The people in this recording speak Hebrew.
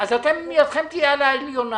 - אז אתם ידכם תהיה על העליונה.